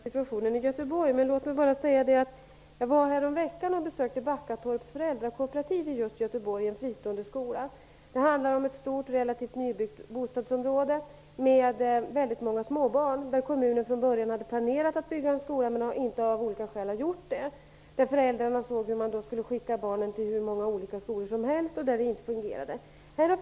Fru talman! Jag vet inte hur viktigt det är att diskutera situationen i Göteborg, men låt mig ändå säga att jag häromveckan besökte Backatorps Göteborg. Det gäller ett stort och relativt nybyggt bostadsområde med många småbarn. Kommunen hade från början planerat att bygga en skola där men har av olika skäl inte gjort det. Föräldrarna fann att barnen skulle komma att spridas ut på många olika skolor, vilket inte skulle fungera.